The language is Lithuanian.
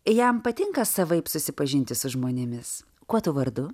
jam patinka savaip susipažinti su žmonėmis kuo tu vardu